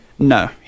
No